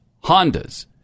Hondas